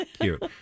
Cute